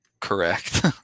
Correct